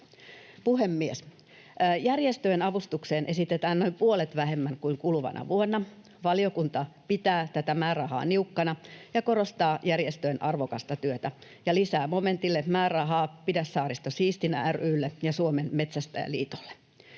Puhemies! Järjestöjen avustukseen esitetään noin puolet vähemmän kuin kuluvana vuonna. Valiokunta pitää tätä määrärahaa niukkana, korostaa järjestöjen arvokasta työtä ja lisää momentille määrärahaa Pidä Saaristo Siistinä ry:lle ja Suomen Metsästäjäliitolle.